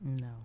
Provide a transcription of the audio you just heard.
No